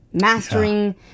mastering